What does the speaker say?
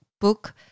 book